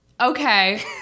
Okay